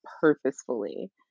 purposefully